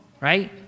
right